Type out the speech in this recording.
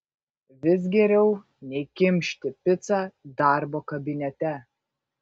vis geriau nei kimšti picą darbo kabinete